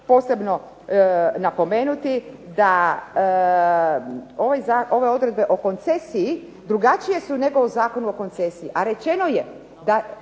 posebno napomenuti da ove odredbe o koncesiji drugačije su nego u Zakonu o koncesiji a rečeno je da,